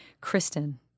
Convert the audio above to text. Kristen